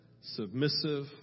submissive